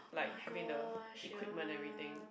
oh-my-gosh ya